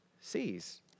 sees